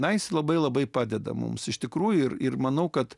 leis labai labai padeda mums iš tikrųjų ir ir manau kad